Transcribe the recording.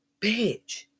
bitch